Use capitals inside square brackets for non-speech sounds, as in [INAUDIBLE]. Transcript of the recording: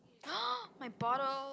[NOISE] my bottle